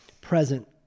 present